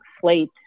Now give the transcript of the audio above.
slate